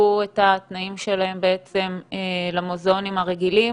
את התנאים שלהם למוזיאונים הרגילים,